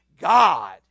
God